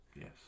Yes